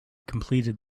completed